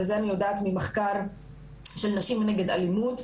ואת זה אני יודעת ממחקר של נשים נגד אלימות,